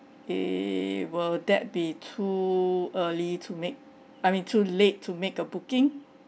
err will that be too early to make I mean too late to make a booking